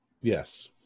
yes